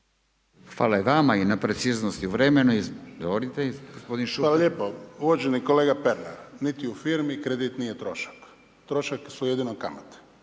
**Šuker, Ivan (HDZ)** Hvala lijepo. Uvaženi kolega Pernar, niti u firmi kredit nije trošak. Trošak su jedino kamate